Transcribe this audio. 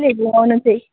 घुमाउनु चाहिँ